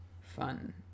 fun